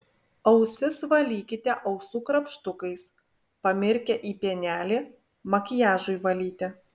ausis valykite ausų krapštukais pamirkę į pienelį makiažui valyti